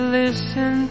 listen